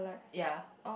ya